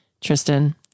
Tristan